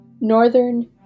northern